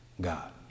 God